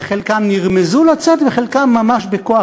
חלקם נרמזו לצאת וחלקם ממש בכוח,